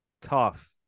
Tough